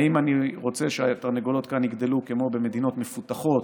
האם אני רוצה שהתרנגולות כאן יגדלו כמו במדינות מפותחות